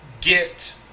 Get